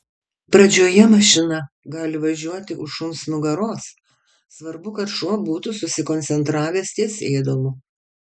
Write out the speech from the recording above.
pradžioje mašina gali važiuoti už šuns nugaros svarbu kad šuo būtų susikoncentravęs ties ėdalu